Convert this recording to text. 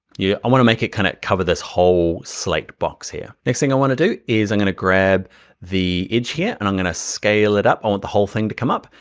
yeah wanna make it kinda cover this whole select box here. next thing i wanna do is, i'm gonna grab the edge here and i'm gonna scale it up. i want the whole thing to come up.